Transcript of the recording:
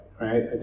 right